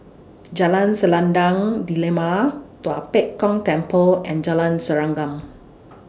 Jalan Selendang Delima Tua Pek Kong Temple and Jalan Serengam